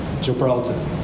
Gibraltar